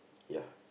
ya